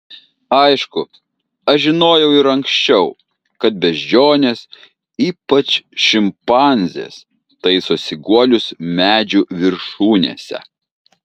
aišku aš žinojau ir anksčiau kad beždžionės ypač šimpanzės taisosi guolius medžių viršūnėse